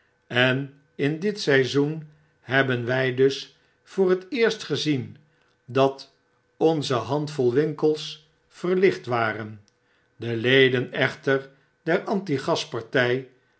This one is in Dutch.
en in dit seizoen hebben wjjdusvoor het eerst gezien dat onze handvol winkels verlicht waren de ledenechter